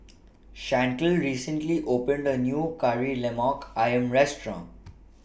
Shantell recently opened A New Kari Lemak Ayam Restaurant